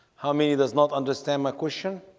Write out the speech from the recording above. how many does not understand my question?